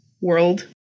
world